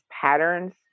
patterns